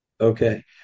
Okay